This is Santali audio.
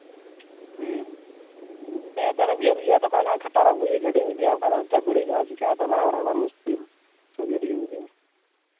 ᱦᱮᱸ ᱛᱟᱦᱞᱮ ᱡᱷᱟᱹᱞ ᱜᱮᱭᱟ ᱛᱚᱠᱷᱚᱱ ᱠᱷᱟᱴᱟᱨᱮ ᱜᱟᱹᱰᱤ ᱤᱫᱤᱭᱟ ᱵᱟᱠᱷᱟᱱ ᱦᱟᱱᱛᱮ ᱵᱟᱹᱲᱤᱡᱚᱜᱼᱟ ᱪᱤᱠᱟᱹᱜᱼᱟ ᱛᱟᱞᱟ ᱦᱚᱨ ᱨᱮ ᱟᱵᱟᱨ ᱢᱩᱥᱠᱤᱞ ᱜᱟᱹᱰᱤᱧ ᱤᱫᱤᱭᱟ